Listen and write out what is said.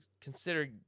consider